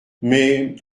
mais